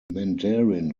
mandarin